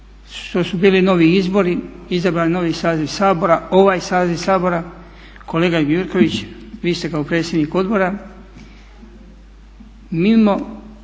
što su bili novi izbori, izabran novi saziv Sabora, ovaj saziv Sabora kolega Gjurković vi ste kao predsjednik odbora,